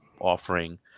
offering